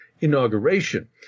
inauguration